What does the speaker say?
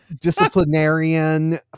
disciplinarian